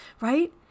Right